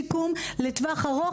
שיקום לטווח ארוך,